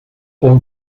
all